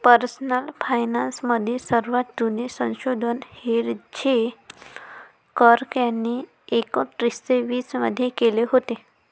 personal finance मधील सर्वात जुने संशोधन हेझेल कर्क यांनी एकोन्निस्से वीस मध्ये केले होते